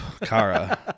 Kara